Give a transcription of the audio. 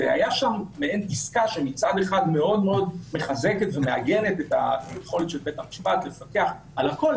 הייתה שם מעין עסקה שמחזקת את היכולת של בית המשפט לפקח על הכל,